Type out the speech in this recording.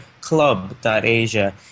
club.asia